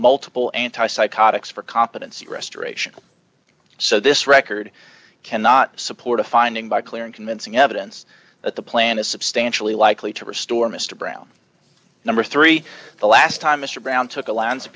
multiple anti psychotics for competency restoration so this record cannot support a finding by clear and convincing evidence that the plan is substantially likely to restore mr brown number three the last time mr brown took a lands of